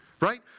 right